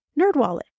Nerdwallet